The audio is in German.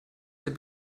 der